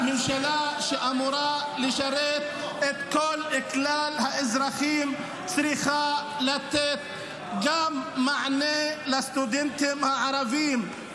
ממשלה שאמורה לשרת את כלל האזרחים צריכה לתת מענה גם לסטודנטים הערבים.